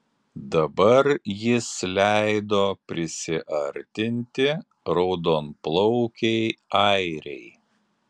dabar jis leido prisiartinti raudonplaukei airei